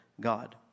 God